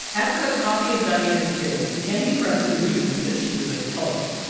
after the copy of diane is killed, tammy preston reasons that she was a tulpa.